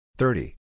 thirty